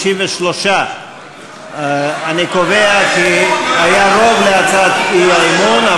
53. אני קובע כי היה רוב להצעת האי-אמון,